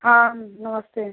हाँ नमस्ते